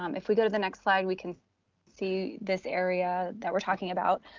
um if we go to the next slide, we can see this area that we're talking about.